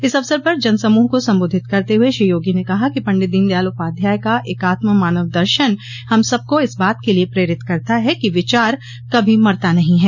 इस अवसर पर जन समूह को संबोधित करते हुए श्री योगी ने कहा कि पंडित दीनदयाल उपाध्याय का एकात्म मानव दर्शन हम सबको इस बात के लिए प्रेरित करता है कि विचार कभी मरता नहीं है